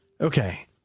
Okay